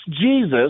Jesus